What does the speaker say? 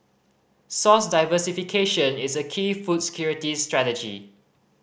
source diversification is a key food security strategy